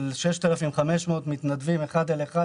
שכולל 6,500 מתנדבים שבאים אחד על אחד